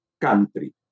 country